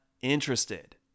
interested